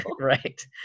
Right